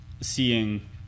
seeing